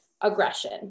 aggression